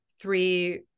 three